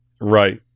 Right